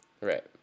Right